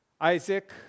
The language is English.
Isaac